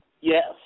Yes